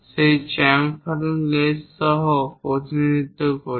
সেই chamfering lens সহ প্রতিনিধিত্ব করি